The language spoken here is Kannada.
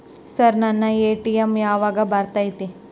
ಸರ್ ನನ್ನ ಎ.ಟಿ.ಎಂ ಯಾವಾಗ ಬರತೈತಿ?